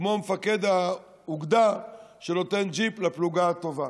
כמו מפקד האוגדה שנותן ג'יפ לפלוגה הטובה.